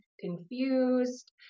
confused